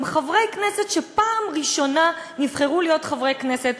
חברי כנסת שבפעם הראשונה נבחרו להיות חברי כנסת.